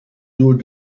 door